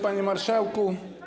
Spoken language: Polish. Panie Marszałku!